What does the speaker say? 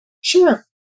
sure